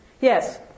Yes